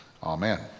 Amen